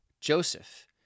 joseph